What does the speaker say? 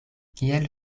kiel